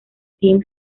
tim